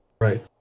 Right